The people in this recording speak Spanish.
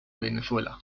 venezuela